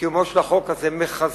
קיומו של החוק הזה מחזק